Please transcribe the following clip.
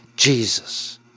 Jesus